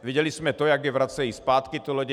Viděli jsme to, jak je vracejí zpátky, ty lodě.